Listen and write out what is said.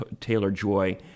Taylor-Joy